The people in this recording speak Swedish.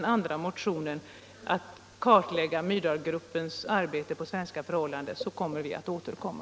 Vad gäller den andra motionen — att kartlägga Myrdalgruppens arbete på svenska förhållanden — skall vi återkomma.